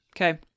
Okay